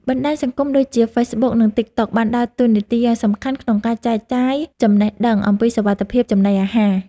បណ្តាញសង្គមដូចជាហ្វេសប៊ុកនិងទិកតុកបានដើរតួនាទីយ៉ាងសំខាន់ក្នុងការចែកចាយចំណេះដឹងអំពីសុវត្ថិភាពចំណីអាហារ។